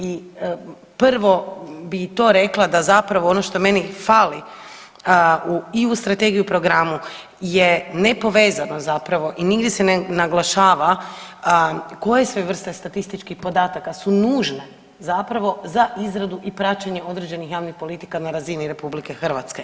I prvo bi to rekla da zapravo ono što meni fali i u strategiji i u programu je nepovezanost zapravo i nigdi se ne naglašava koje sve vrste statističkih podataka su nužne zapravo za izradu i praćenje određenih javnih politika na razini RH.